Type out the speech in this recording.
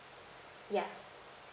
yeah